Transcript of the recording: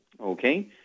Okay